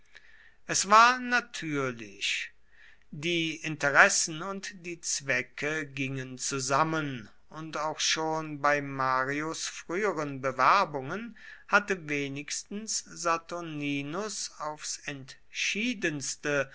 es war natürlich die interessen und die zwecke gingen zusammen und auch schon bei marius früheren bewerbungen hatte wenigstens saturninus aufs entschiedenste